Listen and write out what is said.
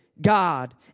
God